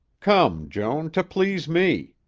come, joan, to please me,